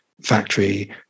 factory